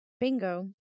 bingo